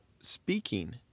speaking